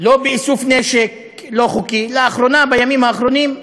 לא באיסוף נשק לא חוקי, לאחרונה, בימים האחרונים,